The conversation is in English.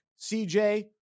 CJ